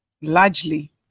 largely